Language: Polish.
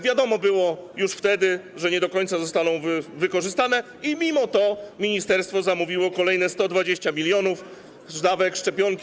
Wiadomo było już wtedy, że nie do końca zostaną wykorzystane, mimo to ministerstwo zamówiło kolejne 120 mln dawek szczepionki.